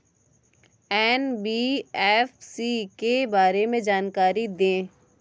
NBFC के बारे में जानकारी दें?